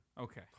Okay